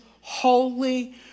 holy